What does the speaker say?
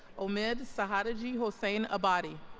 omid sadeghihosseinabadi